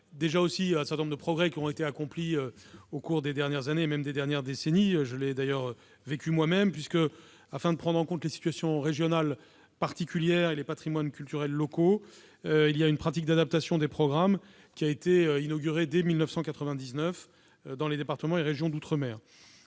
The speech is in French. des outre-mer, un certain nombre de progrès ont déjà été accomplis au cours des dernières années, voire des dernières décennies. Je l'ai d'ailleurs vécu moi-même lorsque, afin de prendre en compte les situations régionales particulières et les patrimoines culturels locaux, une pratique d'adaptation des programmes a été inaugurée dès 1999 dans les départements et régions d'outre-mer.